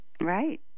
Right